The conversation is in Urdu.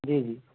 جی جی